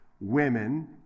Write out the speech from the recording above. Women